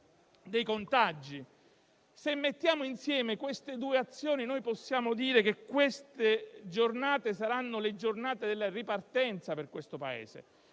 dei contagi), se mettiamo insieme queste due azioni, noi possiamo dire che le prossime saranno le giornate della ripartenza per questo Paese.